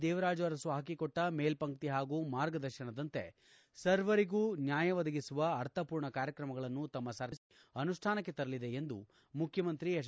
ದೇವರಾಜ ಅರಸು ಹಾಕಿಕೊಟ್ಟ ಮೇಲ್ಲಂಕ್ತಿ ಹಾಗೂ ಮಾರ್ಗದರ್ಶನದಂತೆ ಸರ್ವರಿಗೂ ನ್ನಾಯ ಒದಗಿಸುವ ಅರ್ಥಪೂರ್ಣ ಕಾರ್ಯಕ್ರಮಗಳನ್ನು ತಮ್ಮ ಸರ್ಕಾರ ರೂಪಿಸಿ ಅನುಷ್ಠಾನಕ್ಕೆ ತರಲಿದೆ ಎಂದು ಮುಖ್ಯಮಂತ್ರಿ ಹೆಚ್